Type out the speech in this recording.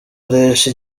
koresha